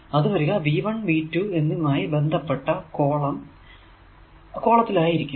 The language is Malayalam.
അത് വരിക V1 V2 എന്നിവയുമായി ബന്ധപ്പെട്ട കോളം ൽ ആയിരിക്കും